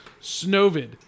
Snowvid